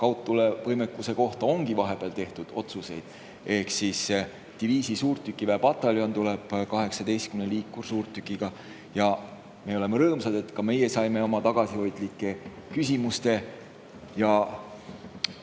kaudtulevõimekuse kohta ongi vahepeal otsuseid tehtud: diviisi suurtükiväepataljon saab 18 liikursuurtükki. Me oleme rõõmsad, et ka meie saime oma tagasihoidlike küsimuste